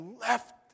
left